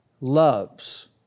loves